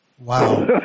Wow